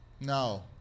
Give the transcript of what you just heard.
No